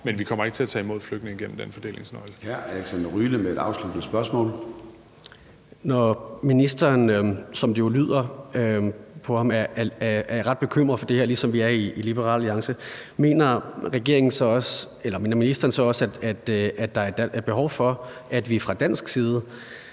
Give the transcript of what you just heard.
men vi kommer ikke til at tage imod flygtninge gennem den fordelingsnøgle. Kl. 14:01 Formanden (Søren Gade): Hr. Alexander Ryle med et afsluttende spørgsmål. Kl. 14:01 Alexander Ryle (LA): Når ministeren, som det jo lyder på ham, er ret bekymret for det her, ligesom vi er i Liberal Alliance, mener ministeren så også, at der er behov for, at vi fra dansk side